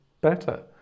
better